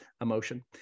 emotion